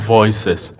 Voices